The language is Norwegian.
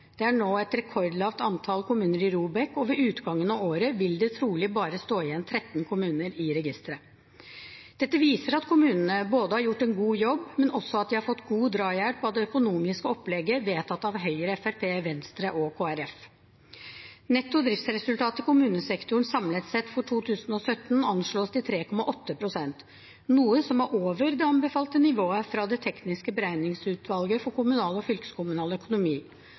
Det er nå et rekordlavt antall kommuner i ROBEK, og ved utgangen av året vil det trolig bare stå igjen 13 kommuner i registeret. Dette viser at kommunene både har gjort en god jobb, og at de har fått god drahjelp av det økonomiske opplegget vedtatt av Høyre, Fremskrittspartiet, Venstre og Kristelig Folkeparti. Netto driftsresultat i kommunesektoren samlet sett for 2017 anslås til 3,8 pst., noe som er over det anbefalte nivået fra Det tekniske beregningsutvalg for kommunal og fylkeskommunal økonomi.